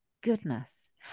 goodness